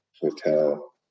hotel